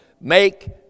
make